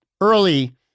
early